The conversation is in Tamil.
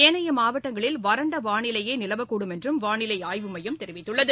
ஏனைய மாவட்டங்களில் வறண்ட வானிலையே நிலவக்கூடும் என்றும் வானிலை ஆய்வுமையம் தெரிவித்துள்ளது